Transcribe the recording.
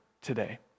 today